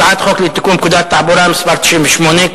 הצעת חוק לתיקון פקודת התעבורה (מס' 98),